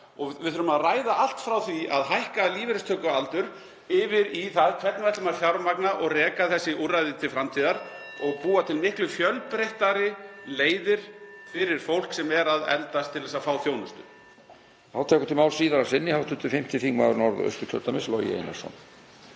Við þurfum að ræða allt frá því að hækka lífeyristökualdur yfir í það hvernig við ætlum að fjármagna og reka þessi úrræði til framtíðar (Forseti hringir.) og búa til miklu fjölbreyttari leiðir fyrir fólk sem er að eldast til að fá þjónustu.